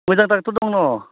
मोजां डाक्टर दङ